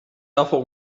awful